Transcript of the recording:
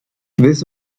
this